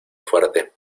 fuerte